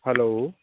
hello